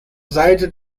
seite